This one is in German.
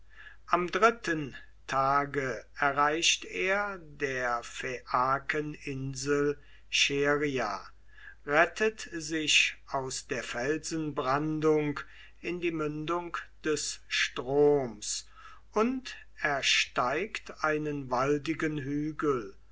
am dritten tage erreicht er der phaiaken insel scheria rettet sich aus der felsenbrandung in die mündung des stroms und ersteigt einen waldigen hügel